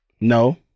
no